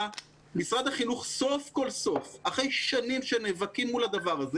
משרד החינוך סוף כל סוף אחרי שנים שנאבקים מול הדבר הזה,